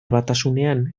batasunean